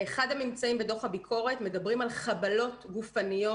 באחד הממצאים בדוח הביקורת מדברים על חבלות גופניות,